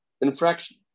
infraction